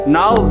now